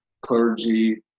clergy